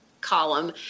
column